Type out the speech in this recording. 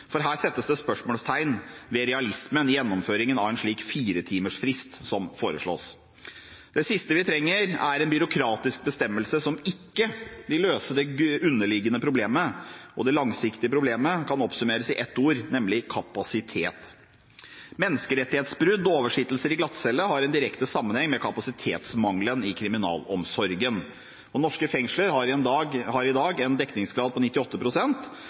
Her settes det spørsmålstegn ved realismen i gjennomføringen av en slik firetimersfrist som foreslås. Det siste vi trenger, er en byråkratisk bestemmelse som ikke vil løse det underliggende problemet, og det langsiktige problemet kan oppsummeres i ett ord, nemlig «kapasitet». Menneskerettighetsbrudd og oversittelser i glattcelle har en direkte sammenheng med kapasitetsmangelen i kriminalomsorgen. Norske fengsler har i dag en